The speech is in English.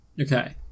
Okay